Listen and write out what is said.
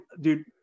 dude